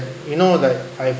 you know like I